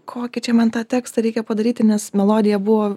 kokį čia man tą tekstą reikia padaryti nes melodija buvo